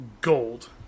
gold